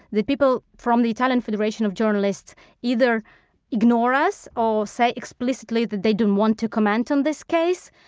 that people from the italian federation of journalists either ignore us or say explicitly that they didn't want to comment on this case.